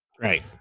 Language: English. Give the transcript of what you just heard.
Right